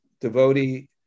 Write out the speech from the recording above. devotee